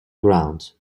grounds